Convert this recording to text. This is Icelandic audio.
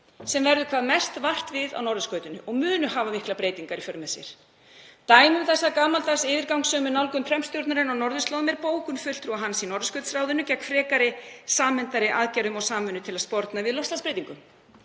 sem verður hvað mest vart við á norðurskautinu og munu hafa miklar breytingar í för með sér. Dæmi um þessa gamaldags yfirgangssömu nálgun Trump-stjórnarinnar á norðurslóðum er bókun fulltrúa hans í Norðurskautsráðinu gegn frekari samhentari aðgerðum og samvinnu til að sporna við loftslagsbreytingum.